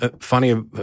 funny